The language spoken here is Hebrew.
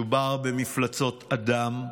מדובר במפלצות אדם,